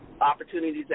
opportunities